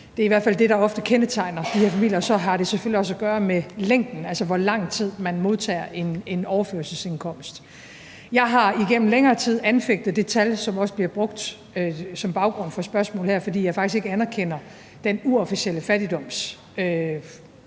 Det er i hvert fald det, der ofte kendetegner de her familier, og så har det selvfølgelig også at gøre med længden, altså hvor lang tid man modtager en overførselsindkomst. Jeg har igennem længere tid anfægtet det tal, som også bliver brugt som baggrund for spørgsmålet her, fordi jeg faktisk ikke anerkender den uofficielle måde at